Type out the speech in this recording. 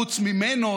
חוץ ממנו,